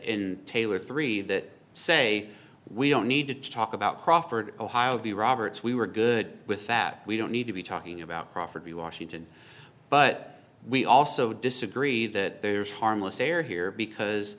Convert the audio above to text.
in taylor three that say we don't need to talk about crawford ohio the roberts we were good with that we don't need to be talking about property washington but we also disagree that there is harmless error here because